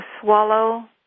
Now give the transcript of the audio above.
swallow